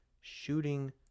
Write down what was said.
shooting